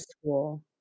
school